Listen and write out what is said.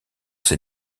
ses